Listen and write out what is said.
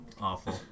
awful